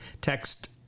text